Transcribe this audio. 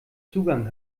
zugang